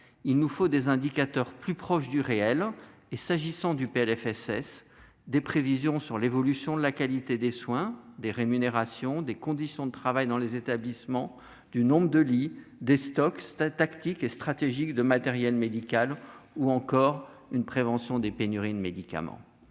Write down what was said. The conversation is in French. Il nous faut des indicateurs plus proches du réel et, en ce qui concerne le PLFSS, des prévisions sur l'évolution de la qualité des soins, des rémunérations, des conditions de travail dans les établissements, du nombre de lits, des stocks tactiques et stratégiques de matériel médical ou encore sur les pénuries de médicaments